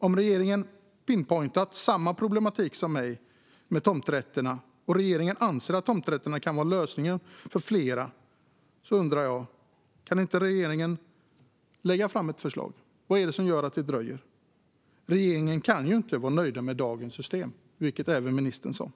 Om regeringen har pinpointat samma problematik som jag med tomträtterna och regeringen anser att tomträtter kan vara lösningen för fler undrar jag: Kan inte regeringen lägga fram ett förslag? Vad är det som gör att det dröjer? Regeringen kan ju inte vara nöjd med dagens system. Ministern sa att man inte är det.